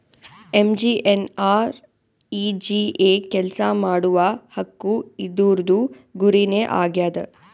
MGNREGA ಕೆಲ್ಸಾ ಮಾಡುವ ಹಕ್ಕು ಇದೂರ್ದು ಗುರಿ ನೇ ಆಗ್ಯದ